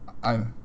I'm